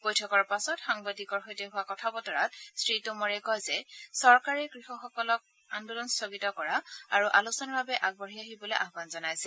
বৈঠকৰ পাছত সাংবাদিকৰ সৈতে হোৱা কথাবতৰাত শ্ৰীটোমৰে কয় যে চৰকাৰে কৃষকসকলক আন্দোলন স্থগিত কৰা আৰু আলোচনাৰ বাবে আগবাঢ়ি আহিবলৈ আয়ন জনাইছে